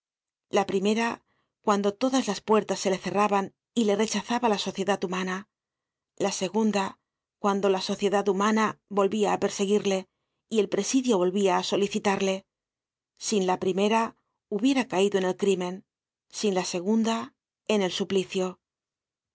la primera cuando todas las puertas se le cerraban y le rechazaba la sociedad humana la segunda cuando la sociedad humana volvía á perseguirle y el presidio volvía á solicitarle sin la primera hubiera caido en el crimen sin la segunda en el suplicio